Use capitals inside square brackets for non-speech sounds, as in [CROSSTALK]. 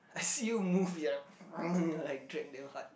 I see you move you [LAUGHS] you're like drag damn hard